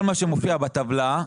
כל מה שמופיע בטבלה.